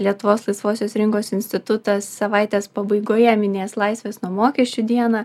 lietuvos laisvosios rinkos institutas savaitės pabaigoje minės laisvės nuo mokesčių dieną